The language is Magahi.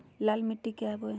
लाल मिट्टी क्या बोए?